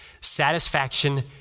Satisfaction